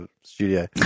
studio